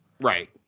Right